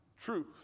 truth